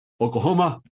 Oklahoma